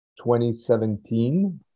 2017